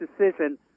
decision